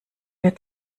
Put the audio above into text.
mir